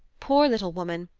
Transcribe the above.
poor little woman!